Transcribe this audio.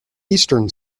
eastern